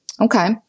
Okay